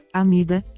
amida